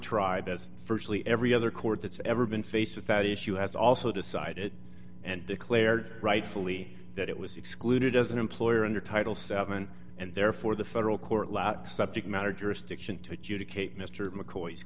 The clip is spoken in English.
tribe as virtually every other court that's ever been faced with that issue has also decided and declared rightfully that it was excluded as an employer under title seven and therefore the federal court lot subject matter jurisdiction